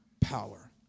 power